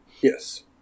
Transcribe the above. Yes